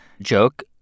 joke